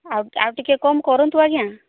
ଆଉ ଆଉ ଟିକେ କମ୍ କରନ୍ତୁ ଆଜ୍ଞା